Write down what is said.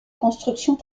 constructions